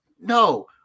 no